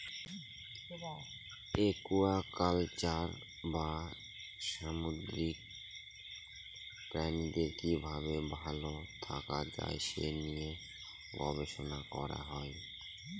aquaculture বা সামুদ্রিক প্রাণীদের কি ভাবে ভালো থাকা যায় সে নিয়ে গবেষণা করা হয়